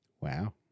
Wow